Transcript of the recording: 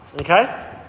Okay